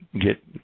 get